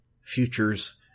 futures